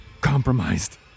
compromised